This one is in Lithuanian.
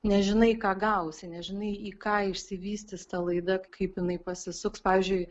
nežinai ką gausi nežinai į ką išsivystys ta laida kaip jinai pasisuks pavyzdžiui